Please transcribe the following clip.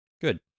Good